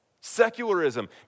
Secularism